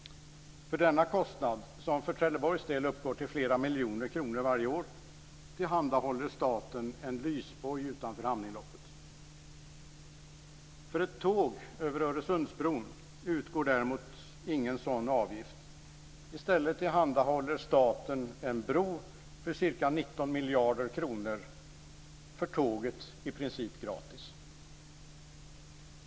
För denna kostnad, som för Trelleborgs del uppgår till flera miljoner kronor varje år, tillhandahåller staten en lysboj utanför hamninloppet. För ett tåg över Öresundsbron utgår däremot ingen sådan avgift. I stället tillhandahåller staten i princip gratis en bro för tåget för ca 19 miljarder kronor.